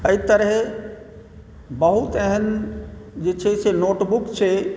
एहि तरहेॅं बहुत एहन जे छै से नोटबुक छै